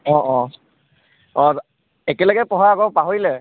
অঁ অঁ অঁ একেলগে পঢ়া আকৌ পাহৰিলে